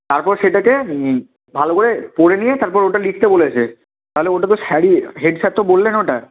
তারপর সেটাকে ভালো করে পড়ে নিয়ে তারপর ওটা লিখতে বলেছে তাহলে ওটা তো স্যারই হেড স্যার তো বললেন ওটা